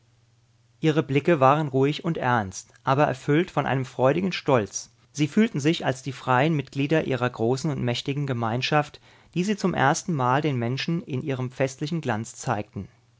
ihre blicke waren ruhig und ernst aber erfüllt von einem freudigen stolz sie fühlten sich als die freien mitglieder ihrer großen und mächtigen gemeinschaft die sie zum ersten mal den menschen in ihrem festlichen glanz zeigten